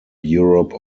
europe